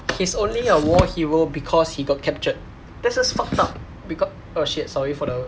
he's only a war hero because he got captured that's just fucked up becau~ oh shit sorry for the